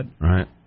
Right